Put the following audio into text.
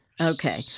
Okay